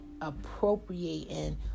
appropriating